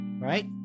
right